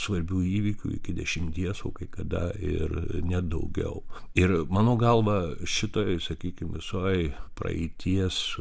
svarbių įvykių iki dešimties o kai kada ir net daugiau ir mano galva šitoj sakykim visoj praeities